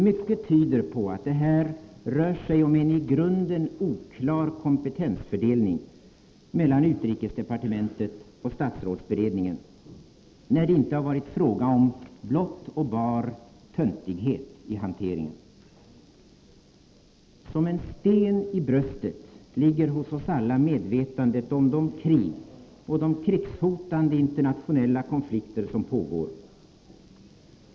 Mycket tyder på att det här rör sig om en i grunden oklar kompetensfördelning mellan utrikesdepartementet och statsrådsberedningen när det inte varit fråga om blott och bar töntighet i hanteringen. Som en sten i bröstet ligger hos oss alla medvetandet om de krig och krigshotande internationella konflikter som pågår.